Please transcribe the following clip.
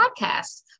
podcast